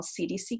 CDC